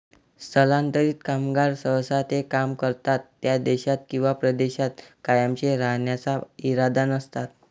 स्थलांतरित कामगार सहसा ते काम करतात त्या देशात किंवा प्रदेशात कायमचे राहण्याचा इरादा नसतात